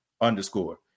underscore